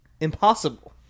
impossible